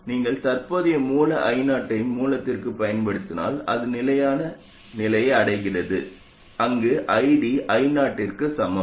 நீங்கள் தற்போதைய மூல I0 ஐ மூலத்திற்குப் பயன்படுத்தினால் அது நிலையான நிலையை அடைகிறது அங்கு ID I0க்கு சமம்